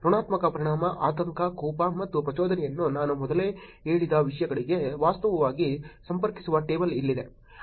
ಋಣಾತ್ಮಕ ಪರಿಣಾಮ ಆತಂಕ ಕೋಪ ಮತ್ತು ಪ್ರಚೋದನೆಯನ್ನು ನಾನು ಮೊದಲೇ ಹೇಳಿದ ವಿಷಯಗಳಿಗೆ ವಾಸ್ತವವಾಗಿ ಸಂಪರ್ಕಿಸುವ ಟೇಬಲ್ ಇಲ್ಲಿದೆ